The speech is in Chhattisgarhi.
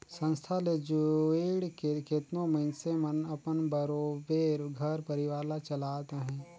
संस्था ले जुइड़ के केतनो मइनसे मन अपन बरोबेर घर परिवार ल चलात अहें